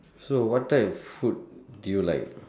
so what type of food do you like